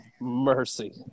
mercy